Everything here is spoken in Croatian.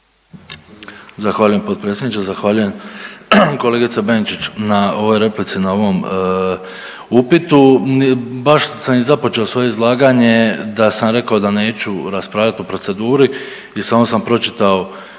Zahvaljujem potpredsjedniče. Zahvaljujem kolegice Benčić na ovoj replici i na ovom upitu. Baš sam i započeo svoje izlaganje da sam rekao da neću raspravljat o proceduri i samo sam pročitao